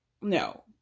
No